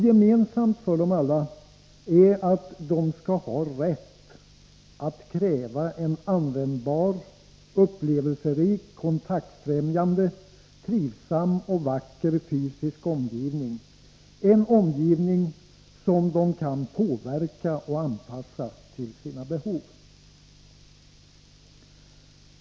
Gemensamt för dem alla är att de skall ha rätt att kräva en användbar, upplevelserik, kontaktfrämjande, trivsam och vacker fysisk omgivning, en omgivning som de kan påverka och anpassa till sina behov.